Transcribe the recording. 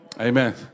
Amen